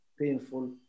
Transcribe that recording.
painful